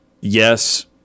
yes